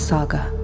Saga